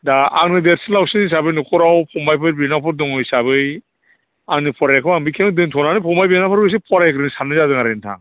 दा आंनो देरसिन लावसिन हिसाबै न'खराव फंबायफोर बिनानावफोर दं हिसाबै आंनि फरायनायखौ आं बेखिनियावनो दोनथ'नानै फंबाय बिनानावफोरखौ एसे फरायहोनो साननाय जादों आरो नोंथां